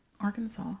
Arkansas